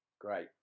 Great